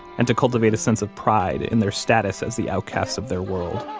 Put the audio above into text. and to cultivate a sense of pride in their status as the outcasts of their world